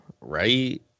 right